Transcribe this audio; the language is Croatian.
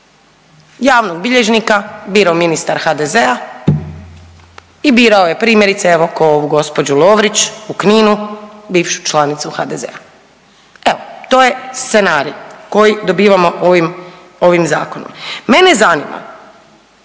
Javnog bilježnika birao ministar HDZ-a i birao je primjerice evo kao ovu gospođu Lovrić u Kninu, bivšu članicu HDZ-a. Evo to je scenarij koji dobivamo ovim zakonom. Mene zanima